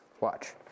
Watch